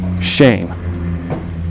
shame